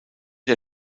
der